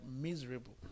miserable